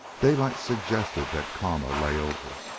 daylight suggested that kama lay over,